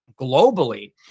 globally